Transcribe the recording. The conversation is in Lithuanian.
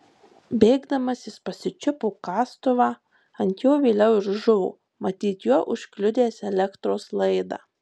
bėgdamas jis pasičiupo kastuvą ant jo vėliau ir žuvo matyt juo užkliudęs elektros laidą